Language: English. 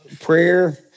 prayer